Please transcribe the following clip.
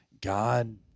god